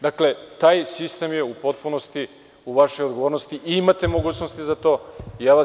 Dakle, taj sistem je u potpunosti u vašoj odgovornosti i imate mogućnosti za to, ja vas pozivam…